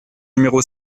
numéro